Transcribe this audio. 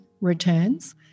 returns